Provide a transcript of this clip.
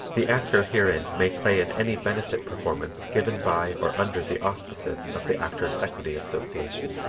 the actor herein may play in any benefit performance given by or under the auspices of the actors' equity association.